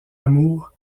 amour